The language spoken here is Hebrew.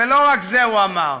ולא רק זה הוא אמר.